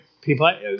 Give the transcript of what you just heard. people